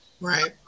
Right